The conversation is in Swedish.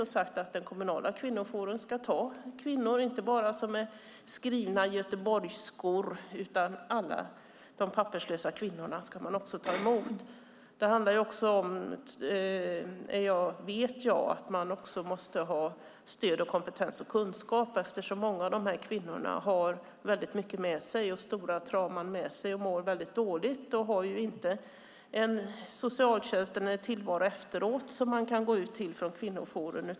Där säger man att den kommunala kvinnojouren inte bara ska ta emot kvinnor som är göteborgskor och skrivna i staden utan också alla papperslösa kvinnor. Jag vet att man också måste ha stöd, kompetens och kunskap eftersom många av dessa kvinnor har mycket med sig. De har varit med om stora trauman och mår dåligt. De har inte någon tillvaro efteråt med socialtjänsten som de kan gå ut till från kvinnojouren.